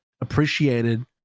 appreciated